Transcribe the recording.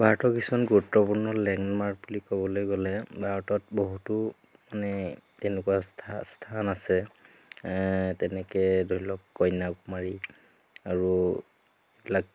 ভাৰতৰ কিছুমান গুৰুত্বপূৰ্ণ লেণ্ডমাৰ্ক বুলি ক'বলৈ গ'লে ভাৰতত বহুতো তেনেকুৱা স্থান আছে তেনেকৈ ধৰি লওক কন্যাকুমাৰী আৰু এইবিলাক